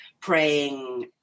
praying